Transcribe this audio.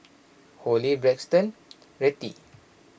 Holli Braxton Rettie